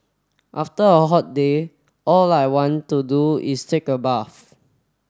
after a hot day all I want to do is take a bath